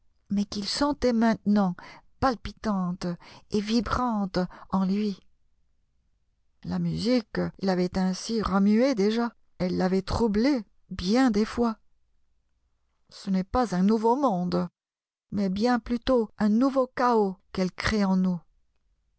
mais qu'il sentait maintenant palpitante et vibrante en lui la musique l'avait ainsi remué déjà elle l'avait troublé bien des fois ce n'est pas un nouveau monde mais bien plutôt un nouveau chaos qu'elle crée